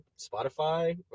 Spotify